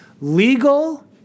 legal